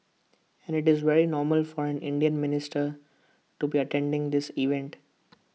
and IT is very normal for an Indian minister to be attending this event